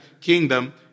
kingdom